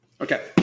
Okay